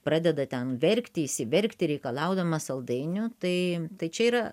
pradeda ten verkti išsiverkti reikalaudamas saldainių tai čia yra